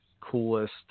coolest